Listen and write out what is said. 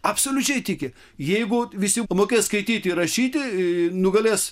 absoliučiai tiki jeigu visi mokės skaityti ir rašyti nugalės